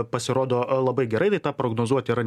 pasirodo labai gerai tai tą prognozuot yra